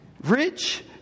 Rich